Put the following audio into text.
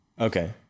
Okay